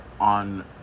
on